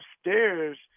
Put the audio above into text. upstairs